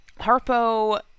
Harpo